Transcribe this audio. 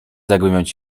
zagłębiać